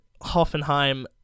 Hoffenheim